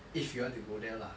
if you want to go there lah